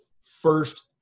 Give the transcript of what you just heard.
first